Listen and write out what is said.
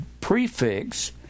prefix